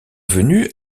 venus